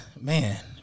man